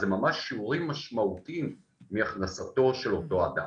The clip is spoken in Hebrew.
אלו ממש שיעורים משמעותיים מכנסתו של אותו אדם.